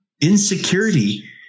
Insecurity